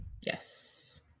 Yes